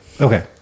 Okay